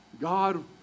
God